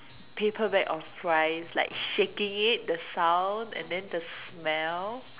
paper bag of fries like shaking it the sound and then the smell